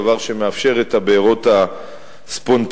דבר שמאפשר את הבעירות הספונטניות.